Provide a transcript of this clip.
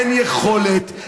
אין יכולת.